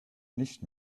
nicht